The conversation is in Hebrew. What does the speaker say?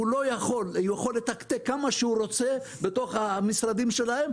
יכול לתקתק כמה שהוא רוצה בתוך המשרדים שלו,